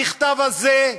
המכתב הזה,